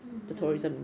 ya